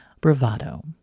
Bravado